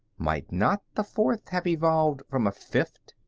might not the fourth have evolved from a fifth,